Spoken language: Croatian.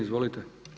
Izvolite.